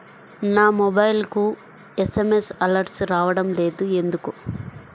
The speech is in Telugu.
నా మొబైల్కు ఎస్.ఎం.ఎస్ అలర్ట్స్ రావడం లేదు ఎందుకు?